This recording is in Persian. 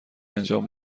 انجام